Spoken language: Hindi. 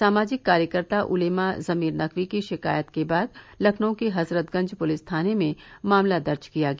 सामाजिक कार्यकर्ता उलेमा जमीर नकवी की शिकायत के बाद लखनऊ के हजरत गंज पुलिस थाने में मामला दर्ज किया गया